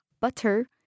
butter